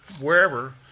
wherever